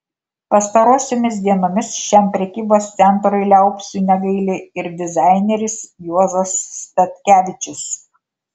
pastarosiomis dienomis šiam prekybos centrui liaupsių negaili ir dizaineris juozas statkevičius